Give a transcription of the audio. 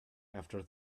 after